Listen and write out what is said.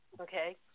okay